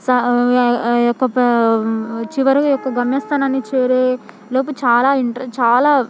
ఆ యొక్క చివరి యొక్క గమ్యస్థానాన్ని చేరే లోపు చాలా ఇంట చాలా